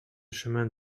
chemin